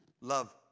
Love